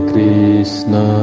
Krishna